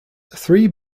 three